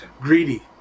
greedy